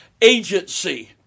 agency